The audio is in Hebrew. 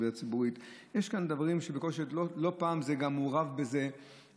יש כאן דברים שלא פעם מעורבים בהם דברים אחרים,